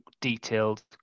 detailed